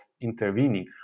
intervening